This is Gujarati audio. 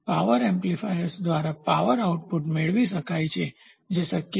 પાવર એમ્પ્લીફાયર્સ દ્વારા પાવર આઉટપુટ મેળવી શકાય છે જે શક્ય નથી